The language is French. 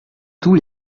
tous